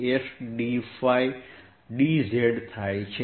તેથી volume element dVs ds dϕ dz છે